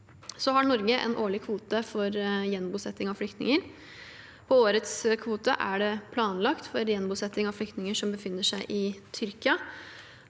Norge har en årlig kvote for gjenbosetting av flyktninger. På årets kvote er det planlagt for gjenbosetting av flyktninger som befinner seg i Tyrkia.